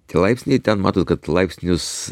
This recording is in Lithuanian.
tie laipsniai ten matot kad laipsnius